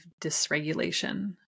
dysregulation